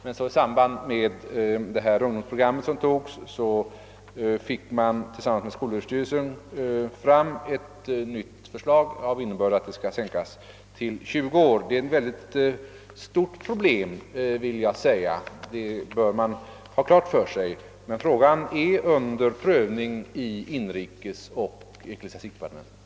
Men i samband med det program mot ungdomsarbetslösheten som lades fram presenteras nu tillsammans med skolöverstyrelsen ett nytt förslag av innebörd att gränsen skulle sänkas till 20 år. Det är ett mycket stort problem, det bör man ha klart för sig. Men frågan är under prövning i inrikesoch ecklesiastikdepartementen.